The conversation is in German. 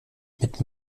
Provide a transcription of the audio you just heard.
mit